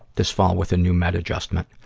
this fall with a new med adjustment.